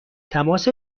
تماس